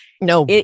No